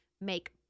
make